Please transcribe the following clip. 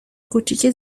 کوچیکه